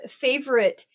favorite